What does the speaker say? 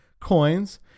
coins